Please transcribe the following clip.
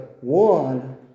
one